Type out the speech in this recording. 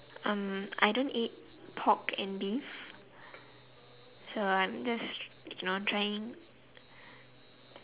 um I don't eat pork and beef so I'm just you know trying